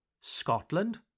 Scotland